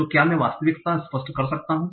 तो क्या मैं वास्तविकता स्पष्ट कर सकता हूं